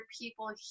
people